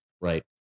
right